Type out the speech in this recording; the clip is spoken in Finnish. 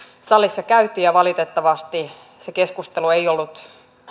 salissa käytiin ja valitettavasti se keskustelu ei ollut